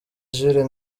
jules